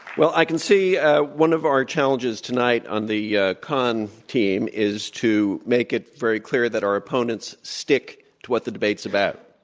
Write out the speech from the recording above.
well, i can see one of our challenges tonight on the yeah con team is to make it very clear that our opponents stick to what the debate's about.